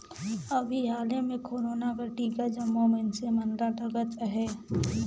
अभीं हाले में कोरोना कर टीका जम्मो मइनसे मन ल लगत अहे